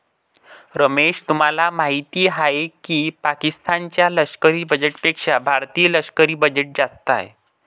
रमेश तुम्हाला माहिती आहे की पाकिस्तान च्या लष्करी बजेटपेक्षा भारतीय लष्करी बजेट जास्त आहे